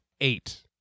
Eight